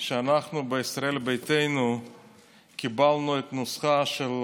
שאנחנו בישראל ביתנו קיבלנו את הנוסחה של,